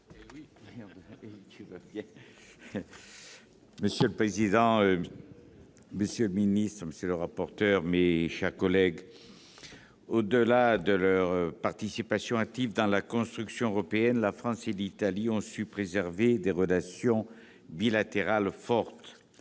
Monsieur le président, monsieur le secrétaire d'État, mes chers collègues, au-delà de leur participation active dans la construction européenne, la France et l'Italie ont su préserver des relations bilatérales fortes.